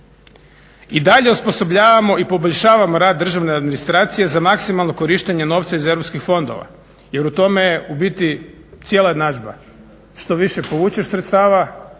I dalje osposobljavamo i poboljšavamo rad državne administracije za maksimalno korištenje novca iz europskih fondova jer u tome je u biti cijela jednadžba. Što više povučeš sredstava,